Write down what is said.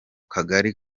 kagari